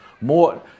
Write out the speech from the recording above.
more